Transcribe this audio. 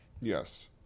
Yes